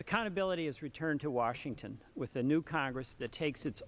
accountability is returned to washington with a new congress that takes its